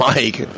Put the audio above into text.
Mike